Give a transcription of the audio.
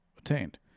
attained